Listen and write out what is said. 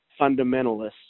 fundamentalists